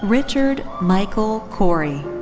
richard michael cory.